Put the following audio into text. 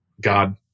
God